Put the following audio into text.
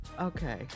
Okay